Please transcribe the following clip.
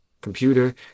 computer